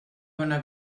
bona